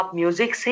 music